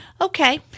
Okay